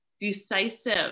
decisive